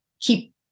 keep